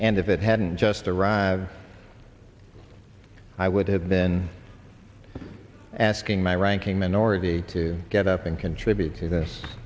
and if it hadn't just arrived i would have been asking my ranking minority to get up and contribute to this